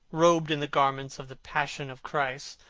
robed in the garments of the passion of christ,